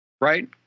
right